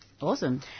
Awesome